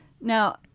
Now